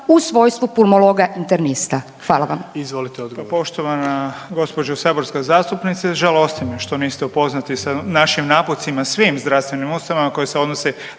u svojstvu pulmologa internista. Hvala vam.